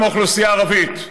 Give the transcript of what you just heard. גם אוכלוסייה ערבית,